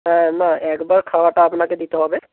হ্যাঁ না একবার খাওয়াটা আপনাকে দিতে হবে